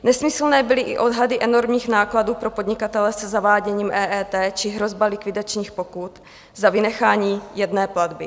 Nesmyslné byly i odhady enormních nákladů pro podnikatele se zaváděním EET či hrozba likvidačních pokut za vynechání jedné platby.